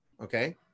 Okay